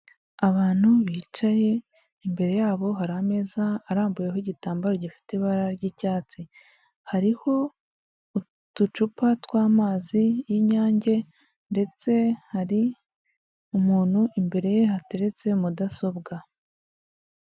Abantu bicaye, imbere yabo hari ameza arambuyeho igitambaro gifite ibara ry'icyatsi. Hariho uducupa tw'amazi y'inyange ndetse hari umuntu imbere ye hateretse mudasobwa.